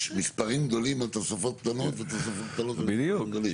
מספר פסקאות כאלה.